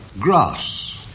grass